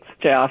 Jeff